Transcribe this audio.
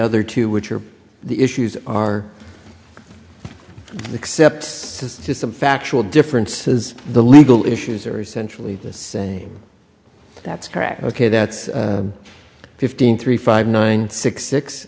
other two which are the issues are except to some factual differences the legal issues are essentially the same that's correct ok that's fifteen three five nine six six